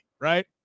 right